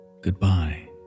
Goodbye